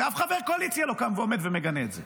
אף חבר קואליציה לא קם ועומד ומגנה את זה.